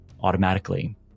automatically